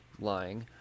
lying